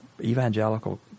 evangelical